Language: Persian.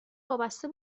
وابسته